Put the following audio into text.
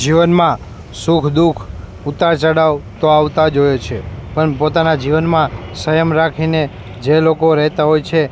જીવનમાં સુખ દુઃખ ઉતાર ચઢાવ તો આવતા જ હોય છે પણ પોતાનાં જીવનમાં સંયમ રાખીને જે લોકો રહેતા હોય છે